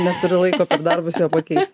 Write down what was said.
neturi laiko per darbus jo pakeisti